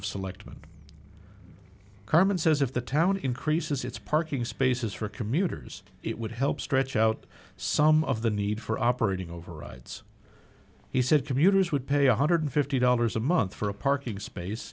of selectmen kerman says if the town increases its parking spaces for commuters it would help stretch out some of the need for operating overrides he said commuters would pay one hundred and fifty dollars a month for a parking space